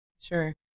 Sure